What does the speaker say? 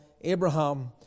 Abraham